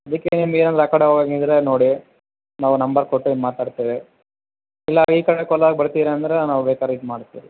ಅದಕ್ಕೆ ನೀವೆಲ್ಲಿ ಆ ಕಡೆ ಹೋಗಂಗಿದ್ದರೆ ನಾವು ನಂಬರ್ ಕೊಟ್ಟು ಮಾತಾಡ್ತೇವೆ ಇಲ್ಲ ಈ ಕಡೆ ಕೋಲಾರಕ್ಕೆ ಬರ್ತಿರ ಅಂದರೆ ನಾವು ಬೇಕಾರೆ ಇದು ಮಾಡ್ತೆವೆ ರೀ